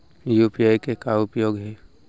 UPI के का उपयोग हे?